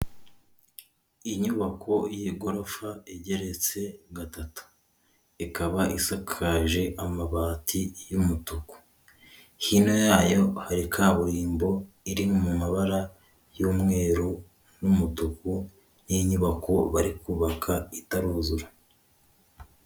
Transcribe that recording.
Inyubako y'igorofa igeretse gatatu, ikaba isakaje amabati y'umutuku. Hino yayo hari kaburimbo iri mu mabara y'umweru n'umutuku, n'inyubako bari kubaka itaruzura.